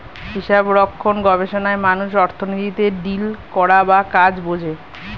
হিসাবরক্ষণ গবেষণায় মানুষ অর্থনীতিতে ডিল করা বা কাজ বোঝে